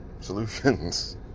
solutions